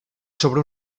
sobre